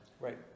Right